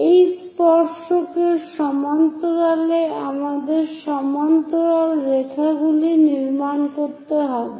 এই স্পর্শকের সমান্তরালে আমাদের সমান্তরাল রেখাগুলি নির্মাণ করতে হবে